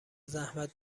زحمت